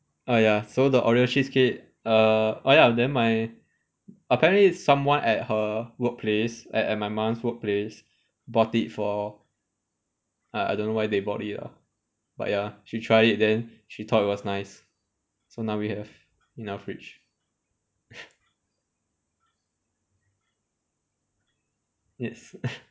ah ya so the oreo cheesecake err oh ya then my apparently someone at her workplace at at my mum's workplace bought it for uh I don't know why they bought it leh but ya she tried it then she thought it was nice so now we have in our fridge yes